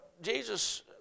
Jesus